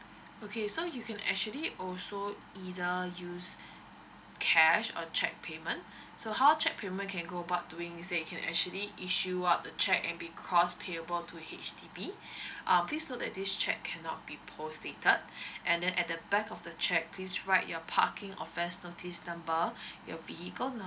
okay so you can actually also either use cash or check payment so how check payment can go about doing is that you can actually issue up the check and because payable to H_D_B uh please note that this check cannot be postdated and then at the back of the check please write your parking offence notice number your vehicle